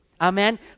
Amen